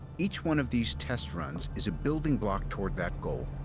each one of these test runs is a building block toward that goal,